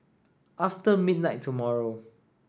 after midnight tomorrow